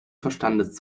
verstandes